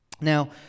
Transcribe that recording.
Now